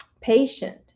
patient